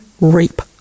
rape